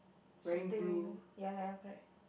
shouting ya ya ya correct